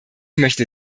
möchte